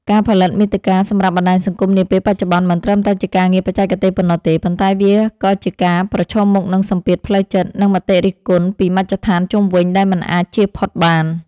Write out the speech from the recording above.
ការផលិតមាតិកាសម្រាប់បណ្ដាញសង្គមនាពេលបច្ចុប្បន្ន មិនត្រឹមតែជាការងារបច្ចេកទេសប៉ុណ្ណោះទេ ប៉ុន្តែវាក៏ជាការប្រឈមមុខនឹងសម្ពាធផ្លូវចិត្ត និងមតិរិះគន់ពីមជ្ឈដ្ឋានជុំវិញដែលមិនអាចជៀសផុតបាន។